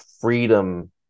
freedom